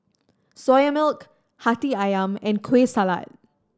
Soya Milk Hati Ayam and Kueh Salat